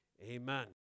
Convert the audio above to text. Amen